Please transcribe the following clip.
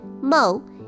Mo